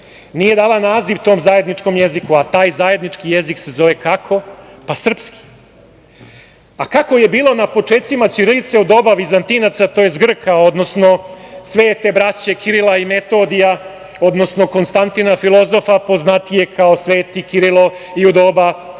Nije dala naziv tom zajedničkom jeziku, a taj zajednički jezik se zove kako? Srpski. Kako je bilo na počecima ćirilice u doba vizantinaca, tj. Grka, odnosno svete braće Kirila i Metodija, odnosno Konstantina filozofa, poznatijeg kao sveti Kirilo, i u doba Metodija